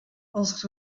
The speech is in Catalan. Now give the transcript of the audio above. els